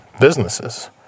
businesses